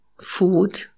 food